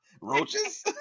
Roaches